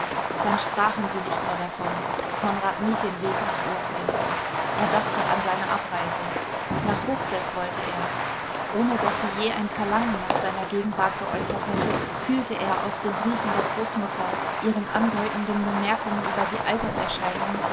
dann sprachen sie nicht mehr davon konrad mied den weg nach urfeld er dachte an seine abreise nach hochseß wollte er ohne daß sie je ein verlangen nach seiner gegenwart geäußert hätte fühlte er aus den briefen der großmutter ihren andeutenden bemerkungen über die